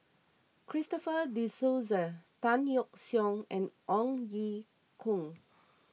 Christopher De Souza Tan Yeok Seong and Ong Ye Kung